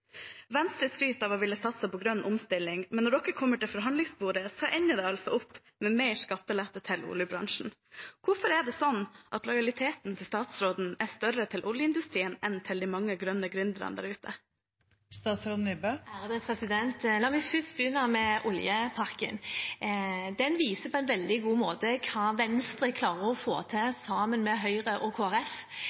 Venstre skryter av å ville satse på grønn omstilling, men når Venstre kommer til forhandlingsbordet, ender det opp med mer skattelette til oljebransjen. Hvorfor er statsrådens lojalitet større til oljeindustrien enn til de mange grønne gründerne der ute? La meg først begynne med oljepakken. Den viser på en veldig god måte hva Venstre klarer å få til sammen med Høyre og